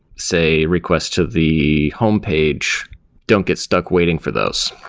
say, request to the homepage don't get stuck waiting for those.